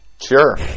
Sure